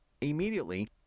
Immediately